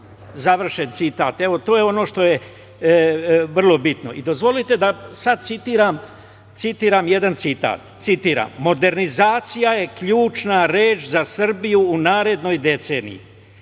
završen citat. Evo to je ono što je vrlo bitno. Dozvolite da citiram jedan citat „ Modernizacija je ključna reč za Srbiju u narednoj deceniji,